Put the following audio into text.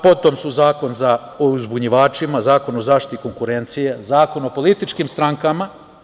Potom su Zakon o uzbunjivačima, Zakon o zaštiti konkurencije, Zakon o političkim strankama.